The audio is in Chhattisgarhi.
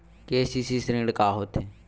के.सी.सी ऋण का होथे?